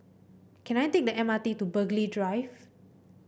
can I take the M R T to Burghley Drive